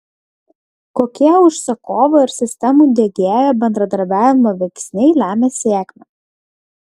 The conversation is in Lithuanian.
kokie užsakovo ir sistemų diegėjo bendradarbiavimo veiksniai lemia sėkmę